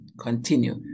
continue